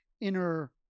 inner